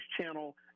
Channel